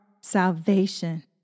salvation